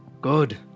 Good